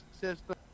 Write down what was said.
system